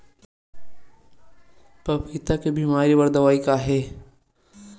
पपीता के बीमारी बर दवाई का हे?